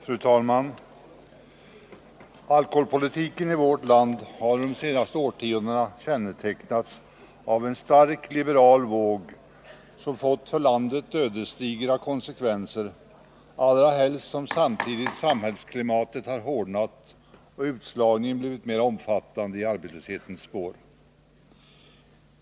Fru talman! Alkoholpolitiken i vårt land under de senaste årtiondena har kännetecknats av en stark liberal våg, som fått för landet ödesdigra konsekvenser, allra helst som samtidigt samhällsklimatet har hårdnat och utslagningen blivit mera omfattande i arbetslöshetens spår.